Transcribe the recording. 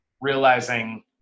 realizing